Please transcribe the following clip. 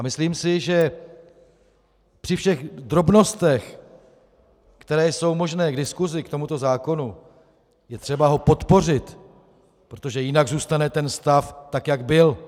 Myslím si, že při všech drobnostech, které jsou možné k diskusi k tomuto zákonu, je třeba ho podpořit, protože jinak zůstane stav tak, jak byl.